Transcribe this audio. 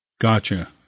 gotcha